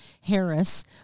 Harris